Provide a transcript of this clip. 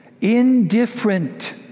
indifferent